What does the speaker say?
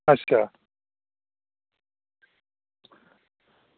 अच्छा